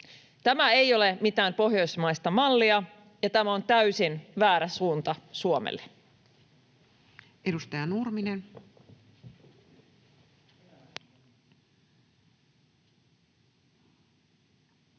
Tämä ei ole mitään Pohjoismaista mallia, ja tämä on täysin väärä suunta Suomelle. Edustaja Nurminen. Arvoisa